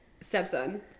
stepson